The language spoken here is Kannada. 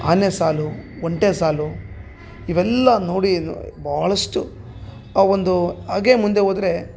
ಆನೆ ಸಾಲು ಒಂಟೆ ಸಾಲು ಇವೆಲ್ಲ ನೋಡಿ ಭಾಳಷ್ಟು ಆ ಒಂದು ಹಾಗೆ ಮುಂದೆ ಹೋದ್ರೆ